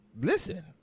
Listen